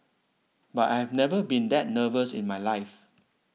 but I've never been that nervous in my life